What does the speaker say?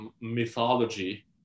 mythology